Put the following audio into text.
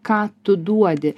ką tu duodi